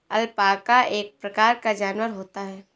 alpaca एक प्रकार का जानवर होता है